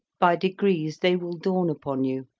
by degrees they will dawn upon you.